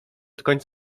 przed